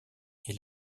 est